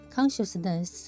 Consciousness